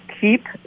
keep